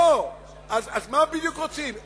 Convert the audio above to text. מה בדיוק רוצים?